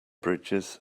bridges